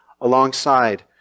alongside